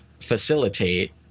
facilitate